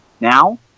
Now